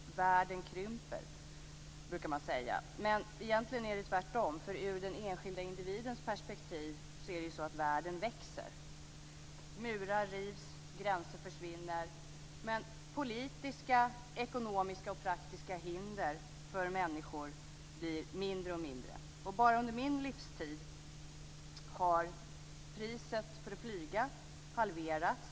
Man brukar säga att världen krymper, men egentligen är det tvärtom eftersom världen, ur den enskilde individens perspektiv, växer. Murar rivs, gränser försvinner. Politiska, ekonomiska och praktiska hinder för människor blir mindre och mindre. Bara under min livstid har priset för att flyga halverats.